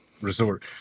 resort